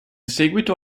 seguito